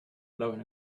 blown